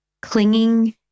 clinging